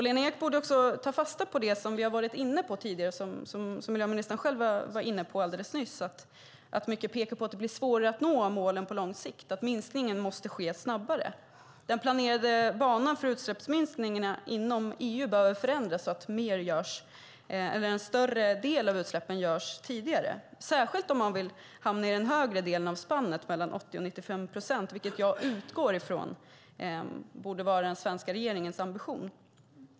Lena Ek borde också ta fasta på det som vi varit inne på tidigare och som miljöministern själv var inne på alldeles nyss: att mycket pekar på att det blir svårare att nå målen på lång sikt och att minskningen måste ske snabbare. Den planerade banan för utsläppsminskningen inom EU behöver förändras, så att en större del av utsläppen görs tidigare, särskilt om man vill hamna i den högre delen av spannet mellan 80 och 95 procent, vilket borde vara den svenska regeringens ambition.